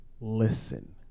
listen